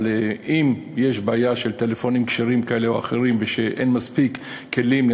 אבל אם יש בעיה של טלפונים כשרים כאלה או אחרים ואין מספיק כלים,